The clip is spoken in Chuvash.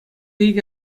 икӗ